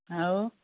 ଆଉ